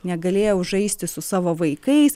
negalėjau žaisti su savo vaikais